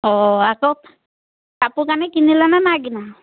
অঁ আকৌ কাপোৰ কানি কিনিলে নে নাই কিনা